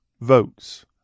votes